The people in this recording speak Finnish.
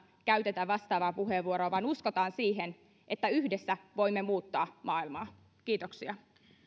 käytetä vastaavaa puheenvuoroa vaan uskotaan siihen että yhdessä voimme muuttaa maailmaa kiitoksia